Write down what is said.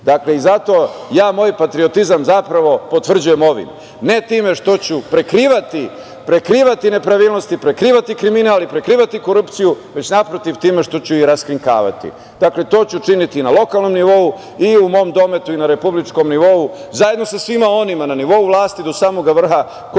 Dakle, ja moj patriotizam zapravo potvrđujem ovim, a ne time što ću prekrivati nepravilnosti, prekrivati kriminal i prekrivati korupciju, već naprotiv time što ću ih raskrinkavati. Dakle, to ću učiniti na lokalnom nivou i u mom dometu, i na republičkom nivou, a zajedno sa svima onima na nivou vlasti do samog vrha koji to